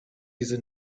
diese